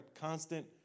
constant